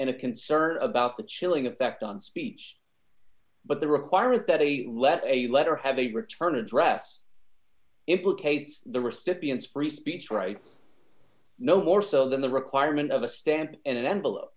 and a concern about the chilling effect on speech but the requirement that a letter a letter have a return address implicates the recipient's free speech rights no more so than the requirement of a stamp and an envelope